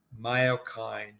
myokine